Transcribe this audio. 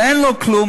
ואין לו כלום,